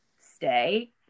stay